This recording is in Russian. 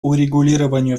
урегулированию